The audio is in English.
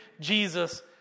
Jesus